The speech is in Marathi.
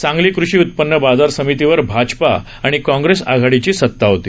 सांगली कृषी उत्पन्न बाजार समितीवर भाजपा आणि काँग्रेस आघाडीची सता होती